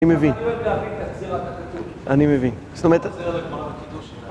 אני מבין. אני מבין. זאת אומרת...